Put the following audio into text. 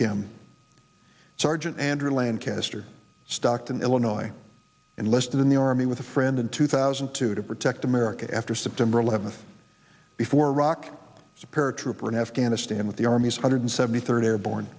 kim sergeant andrew lancaster stockton illinois enlisted in the army with a friend in two thousand and two to protect america after september eleventh before rock as a paratrooper in afghanistan with the army's hundred seventy third airborne